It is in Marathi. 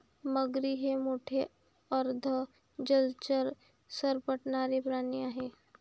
मगरी हे मोठे अर्ध जलचर सरपटणारे प्राणी आहेत